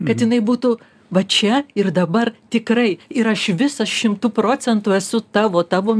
kad jinai būtų va čia ir dabar tikrai ir aš visą šimtu procentų esu tavo tavo